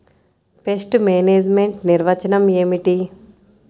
Pest management నిర్వచనం ఏమిటి?